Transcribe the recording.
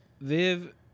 Viv